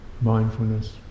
mindfulness